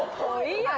boy